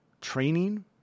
training